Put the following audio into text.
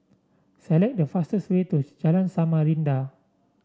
select the fastest way to Jalan Samarinda